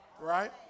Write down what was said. Right